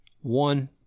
One